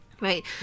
Right